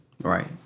Right